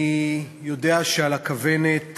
אני יודע שעל הכוונת